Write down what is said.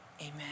Amen